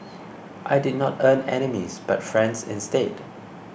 I did not earn enemies but friends instead